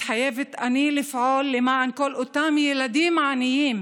מתחייבת אני לפעול למען כל אותם ילדים עניים.